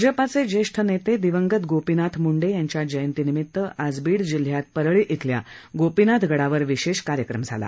भाजपाचे ज्येष्ठ नेते दिवंगत गोपीनाथ मुंडे यांच्या जयंतीनिमित्त आज बीड जिल्ह्यात परळी इथल्या गोपीनाथ गडावर विशेष कार्यक्रम झाला